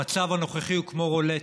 המצב הנוכחי הוא כמו רולטה: